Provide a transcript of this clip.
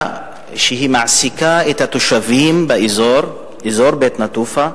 שמעסיקה את התושבים באזור בית-נטופה.